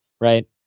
right